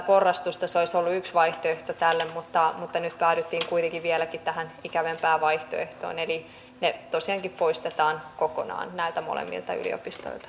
se olisi ollut yksi vaihtoehto tälle mutta nyt päädyttiin kuitenkin vieläkin tähän ikävämpään vaihtoehtoon eli ne tosiaankin poistetaan kokonaan näiltä molemmilta yliopistoilta